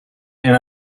and